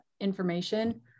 information